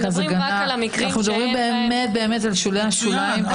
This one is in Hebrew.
אנחנו מדברים על שולי השוליים של המקרים.